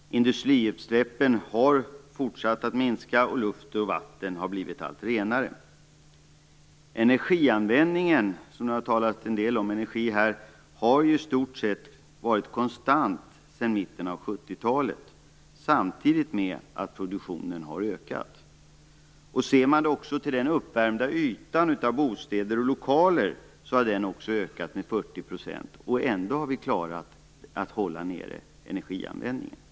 Industriutsläppen har fortsatt att minska, och luft och vatten har blivit allt renare. Energianvändningen - det har talats en del om energi här - har ju i stort sett varit konstant sedan mitten av 70-talet. Samtidigt har produktionen ökat. Den uppvärmda ytan av bostäder och lokaler har också ökat med 40 %, och vi har ändå klarat att hålla energianvändningen nere.